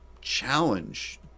challenge